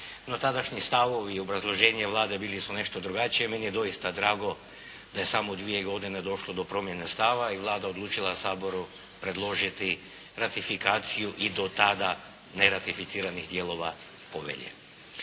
tadašnji stavovi i obrazloženje Vlade bili su nešto drugačiji. Meni je zaista drago da je samo u dvije godine došlo do promjene stava i Vlada odlučila Saboru predložiti ratifikaciju i do tada neratificiranih dijelova povelje.